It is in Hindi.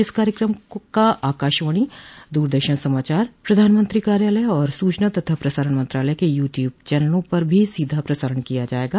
इस कार्यक्रम का आकाशवाणी दूरदर्शन समाचार प्रधानमंत्री कार्यालय और सूचना तथा प्रसारण मंत्रालय के य्ट्यूब चैनलों पर भी सीधा प्रसारण किया जाएगा